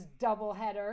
doubleheader